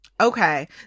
Okay